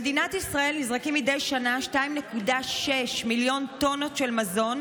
במדינת ישראל נזרקים מדי שנה 2.6 מיליון טונות של מזון,